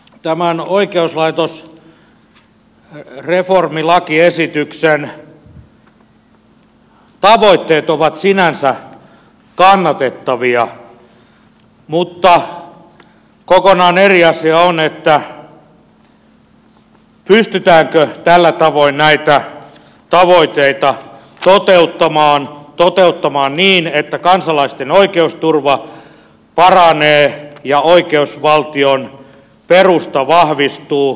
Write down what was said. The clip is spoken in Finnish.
tämän oikeuslaitosreformilakiesityksen tavoitteet ovat sinänsä kannatettavia mutta kokonaan eri asia on pystytäänkö tällä tavoin näitä tavoitteita toteuttamaan niin että kansalaisten oikeusturva paranee ja oikeusvaltion perusta vahvistuu